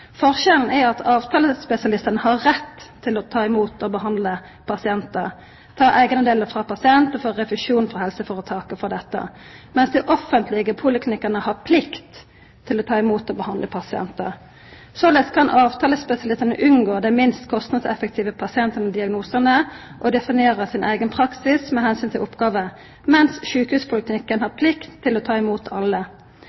Forskjellen er at avtalespesialistane har rett til å ta imot og behandla pasientar, ta eigendelar frå pasientar og få refusjon frå helseføretaka for dette, mens dei offentlege poliklinikkane har plikt til å ta imot og behandla pasientar. Såleis kan avtalespesialistane unngå dei minst kostnadseffektive pasientane og diagnosane og definera sin eigen praksis med omsyn til oppgåver, mens sjukehuspoliklinikken har